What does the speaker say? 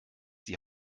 die